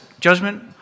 judgment